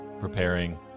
preparing